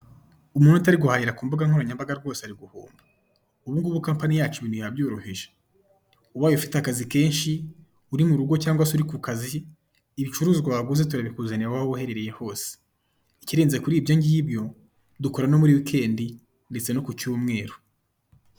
Umuntu utari guhahira ku mbuga nkoranyambaga rwose ari guhomba. Ubu ngubu kampani yacu ibintu yabyoroheje, ubaye ufite akazi kenshi, uri mu rugo cyangwa se uri ku kazi ibicuruzwa waguze turabikuzanira aho waba uherereye hose. Ikirenze kuri ibyo ngibyo, dukora no muri wikendi ndetse no ku cy'umweru.